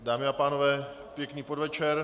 Dámy a pánové, pěkný podvečer.